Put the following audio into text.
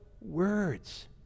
words